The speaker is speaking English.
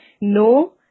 no